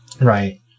Right